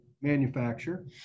manufacturer